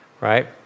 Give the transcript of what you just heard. right